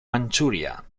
manchuria